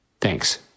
Thanks